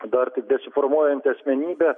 dar tik besiformuojanti asmenybė